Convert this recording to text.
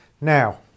Now